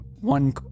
one